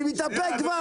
אני מתאפק כבר,